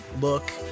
look